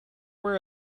were